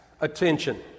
attention